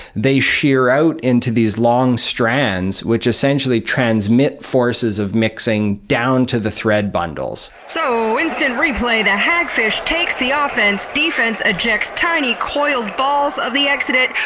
they shear out into these long strands, which essentially transmit forces of mixing down to the thread bundles. so instant replay. aaaand the hagfish takes the ah offense, defense ejects tiny coiled balls of the exudate,